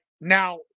Now